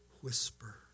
whisper